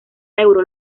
euro